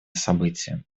событие